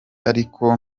ariko